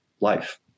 life